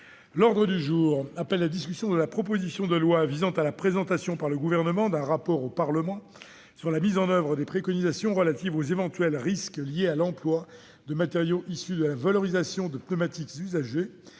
groupe La République En Marche, de la proposition de loi visant à la présentation par le Gouvernement d'un rapport au Parlement sur la mise en oeuvre des préconisations relatives aux éventuels risques liés à l'emploi de matériaux issus de la valorisation de pneumatiques usagés